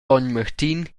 martin